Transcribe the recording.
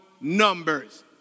numbers